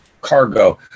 cargo